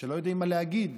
שלא יודעים מה להגיד,